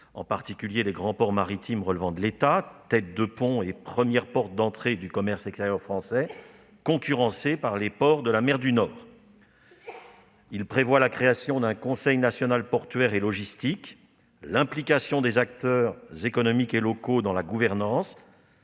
en particulier les grands ports maritimes relevant de l'État, têtes de pont et premières portes d'entrée du commerce extérieur français », qui sont concurrencés par les ports de la mer du Nord. Il prévoit la création d'un Conseil national portuaire et logistique (CNPL), l'implication des acteurs économiques et locaux dans la gouvernance,